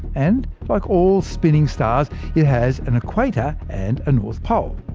and like all spinning stars, it has an equator, and a north pole.